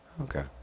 Okay